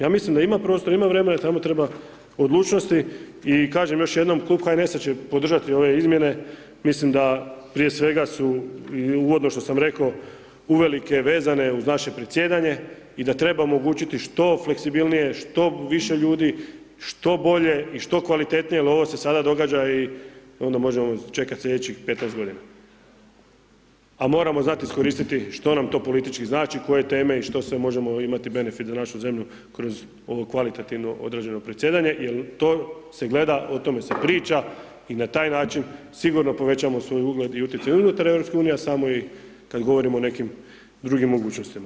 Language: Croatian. Ja mislim da ima prostora, ima vremena, samo treba odlučnosti i kažem još jednom klub HNS-a će podržati ove izmjene, mislim da, prije svega, su i uvodno što sam rekao, uvelike vezane uz naše predsjedanje i da treba omogućiti što fleksibilnije, što više ljudi, što bolje i što kvalitetnije jel ovo se sada događa i onda možemo čekati slijedećih 15 godina, a moramo znati iskoristiti što nam to politički znači, koje teme i što sve možemo imati benefit za našu zemlju kroz ovo kvalitativno određeno predsjedanje jel to se gleda, o tome se priča i na taj način sigurno povećavamo svoj ugled i utjecaj unutar EU, a samo i kad govorimo o nekim drugim mogućnostima.